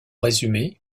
résumé